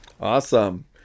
Awesome